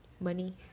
money